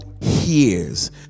hears